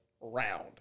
round